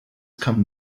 come